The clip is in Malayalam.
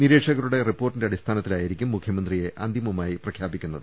നിരീക്ഷകരുടെ റിപ്പോർട്ടിന്റെ അടിസ്ഥാനത്തിലായിരിക്കും മുഖ്യമന്ത്രിയെ അന്തിമ മായി പ്രഖ്യാപിക്കുന്നത്